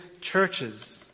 churches